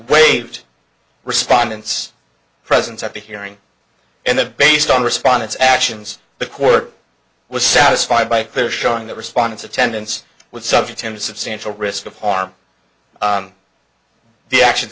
waived respondants presence at the hearing and the based on respondents actions the court was satisfied by their showing their response attendance would subject him substantial risk of harm on the actions